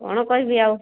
କ'ଣ କହିବି ଆଉ